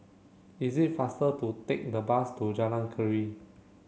is it faster to take the bus to Jalan Keria